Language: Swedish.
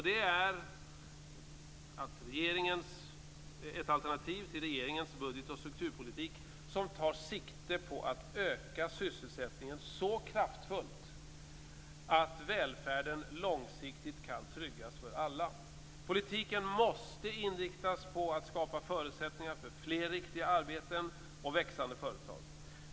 Det är ett alternativ till regeringens budgetoch strukturpolitik som tar sikte på att öka sysselsättningen så kraftfullt att välfärden långsiktigt kan tryggas för alla. Politiken måste inriktas på att skapa förutsättningar för fler riktiga arbeten och växande företag.